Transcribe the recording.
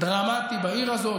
את המאבק למניעת הסגירה של שדה דב.